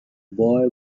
boy